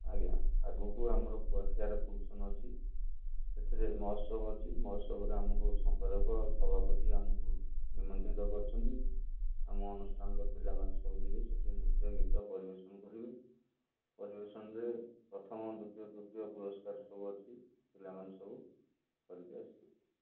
ଆଜ୍ଞା ଆଗକୁ ଆମର କୁଆଖିଆରେ ଫକ୍ସନ ଅଛି ସେଥିରେ ମହୋତ୍ସବ ଅଛି ମହୋତ୍ସବରେ ଆମକୁ ସମ୍ପାଦକ ଆଉ ସଭାପତି ଆମକୁ ନିମନ୍ତ୍ରିତ କରିଛନ୍ତି ଆମ ଅନୁଷ୍ଠାନର ପିଲାମାନେ ସବୁ ଯିବେ ସେଇଠି ନୃତ୍ୟ ଗୀତ ପରିବେଷଣ କରିବେ ପରିବେଷଣରେ ପ୍ରଥମ ଦ୍ୱିତୀୟ ତୃତୀୟ ପୁରସ୍କାର ସବୁ ଅଛି ପିଲାମାନେ ସବୁ କରିକି ଆସିବେ